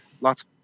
lots